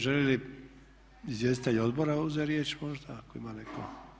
Žele li izvjestitelji odbora uzeti riječ možda ako ima netko?